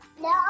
No